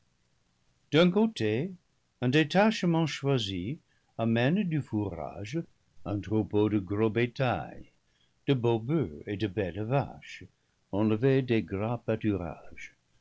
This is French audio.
d'un côté un détachement choisi amène du fourrage un troupeau de gros bétail de beaux boeufs et de belles vaches enlevés des gras